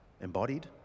embodied